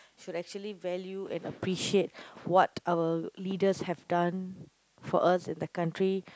should actually value and appreciate what our leaders have done for us in the country